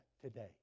today